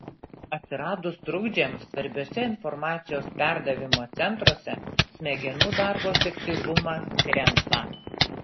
atsiradus trukdžiams svarbiuose informacijos perdavimo centruose smegenų darbo efektyvumas krenta